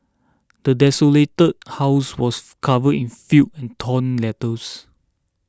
the desolated house was covered in filth and torn letters